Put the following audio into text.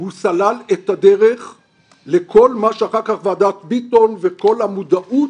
הוא סלל את הדרך לכל מה שאחר כך ועדת ביטון וכל המודעות